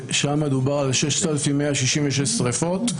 ששם דובר על 6,166 שריפות,